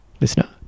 listener